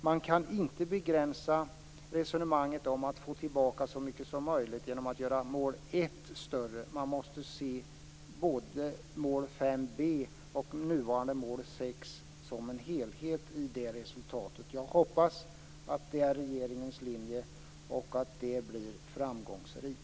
Man kan inte begränsa resonemanget om att få tillbaka så mycket som möjligt till att göra mål 1 större. Man måste se både mål 5 b och nuvarande mål 6 som en helhet för att kunna uppnå det resultatet. Jag hoppas att det är regeringens linje och att den blir framgångsrik.